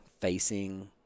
facing